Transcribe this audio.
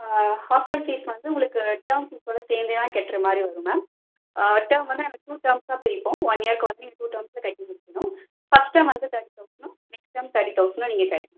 hostel fees வந்து உங்களுக்கு term ஃபீஸோடு சேர்ந்தேதான் கட்ற மாதிரி வரும் மேம் டேர்ம் வந்து நாங்கள் டூ டேர்ம்ஸாக பிரிப்போம் ஒன் இயருக்கு வந்து நீங்கள் டூ டேர்ம்ஸில் கட்டி முடிக்கணும் ஃபஸ்ட் டேர்ம் வந்து தேர்ட்டி தௌசணும் நெக்ஸ்ட் டேர்ம் தேர்ட்டி தௌசணும் நீங்கள் கட்டணும் மேம்